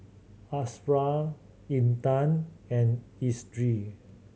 Ashraff Intan and Idris